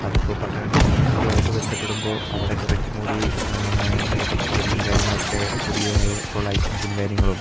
അതിപ്പോൾ പട്ടണങ്ങളും ഇതുമായിട്ടു ബന്ധപ്പെടുമ്പോൾ അവിടെ കുറച്ചുകൂടി ടെക്നോളജിയും കാര്യങ്ങളൊക്കെ പുതിയതായിട്ടുള്ള ഐറ്റംസും കാര്യങ്ങളും